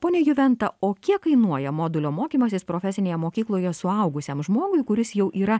pone juventa o kiek kainuoja modulio mokymasis profesinėje mokykloje suaugusiam žmogui kuris jau yra